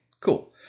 cool